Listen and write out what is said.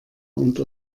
und